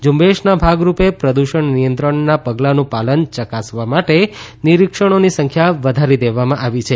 ઝુંબેશના ભાગરૂપે પ્રદૂષણ નિયંત્રણના પગલાનું પાલન ચકાસવા માટે નિરીક્ષણોની સંખ્યા વધારી દેવામાં આવી છે